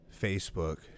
Facebook